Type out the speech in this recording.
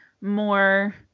more